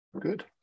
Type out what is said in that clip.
Good